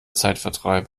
zeitvertreib